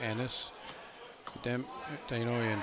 and this damn thing you know